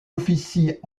officie